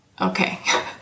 okay